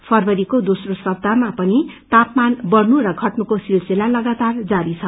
फरवरीको दोम्रो सप्ताहमा पनि तापमान बढ़नु र घटनुको सिलसिला लगातर जारी छ